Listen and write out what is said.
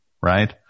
right